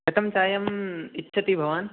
कथं चायम् इच्छति भवान्